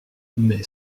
mais